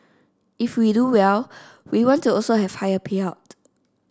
if we do well we want to also have higher payout